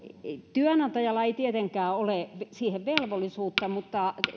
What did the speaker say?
työnantajalla ei tietenkään ole velvollisuutta